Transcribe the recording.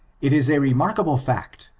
it is a remarkable fact,